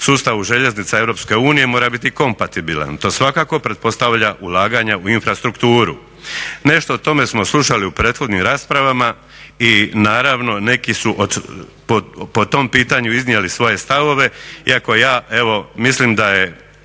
sustavu željeznica EU mora biti kompatibilan, to svakako pretpostavlja ulaganja u infrastrukturu. nešto o tome smo slušali u prethodnim raspravama i naravno neki su po tom pitanju iznijeli svoje stavove, iako ja mislim da je